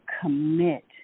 commit